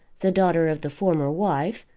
the daughter of the former wife,